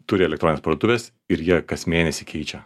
turi elektronines parduotuves ir jie kas mėnesį keičia